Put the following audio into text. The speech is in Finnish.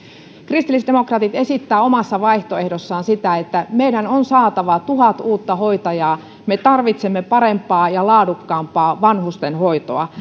kristillisdemokraatit esittävät omassa vaihtoehdossaan sitä että meidän on saatava tuhat uutta hoitajaa me tarvitsemme parempaa ja laadukkaampaa vanhustenhoitoa